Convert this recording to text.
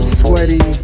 sweaty